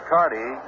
Cardi